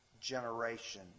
generation